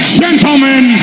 gentlemen